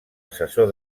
assessor